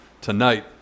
tonight